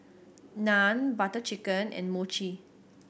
Naan Butter Chicken and Mochi